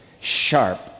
sharp